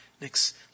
next